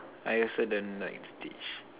I also don't like to teach